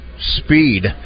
speed